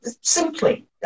simply